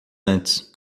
antes